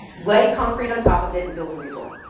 lay concrete on top of it and build a resort.